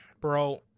Bro